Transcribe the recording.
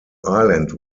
island